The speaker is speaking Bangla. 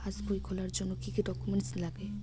পাসবই খোলার জন্য কি কি ডকুমেন্টস লাগে?